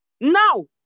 now